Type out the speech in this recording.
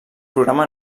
programa